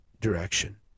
direction